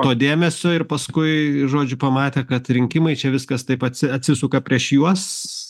to dėmesio ir paskui žodžiu pamatė kad rinkimai čia viskas taip atsi atsisuka prieš juos